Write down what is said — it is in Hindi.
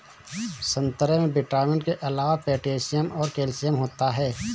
संतरे में विटामिन के अलावा पोटैशियम और कैल्शियम होता है